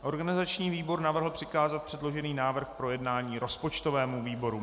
Organizační výbor navrhl přikázat předložený návrh k projednání rozpočtovému výboru.